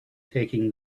taking